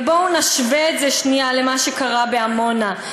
ובואו נשווה את זה שנייה למה שקרה בעמונה.